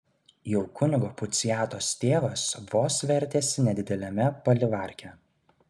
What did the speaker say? jau kunigo puciatos tėvas vos vertėsi nedideliame palivarke